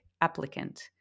applicant